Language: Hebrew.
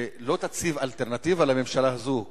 ולא תציב אלטרנטיבה לממשלה הזאת?